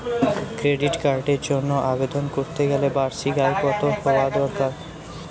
Credit কার্ডের জন্য আবেদন করতে গেলে বার্ষিক আয় কত হওয়া দরকার?